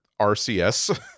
RCS